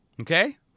Okay